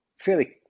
fairly